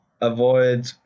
avoid